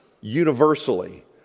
universally